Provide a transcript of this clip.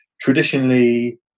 traditionally